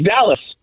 Dallas